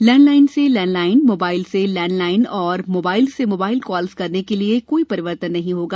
landline से landline mobile से landline और मोबाइल से मोबाइल कॉल्स करने के लिए कोई परिवर्तन नहीं होगा